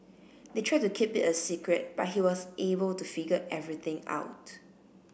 they tried to keep it a secret but he was able to figure everything out